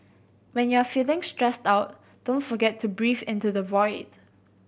when you are feeling stressed out don't forget to breathe into the void